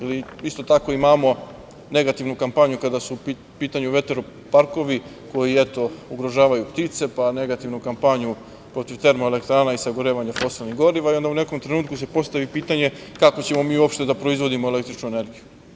Isto tako imamo negativnu kampanju kada su u pitanju vetroparkovi koji, eto ugrožavaju ptice, pa negativnu kampanju protiv termoelektrana i sagorevanja fosilnih goriva, i onda u nekom trenutku se postavi pitanje – kako ćemo mi uopšte da proizvodimo električnu energiju?